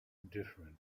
different